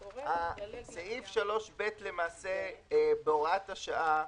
סעיף 3ב למעשה בהוראת השעה,